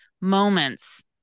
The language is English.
moments